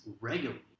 regularly